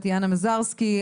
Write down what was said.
טטיאנה מזרסקי,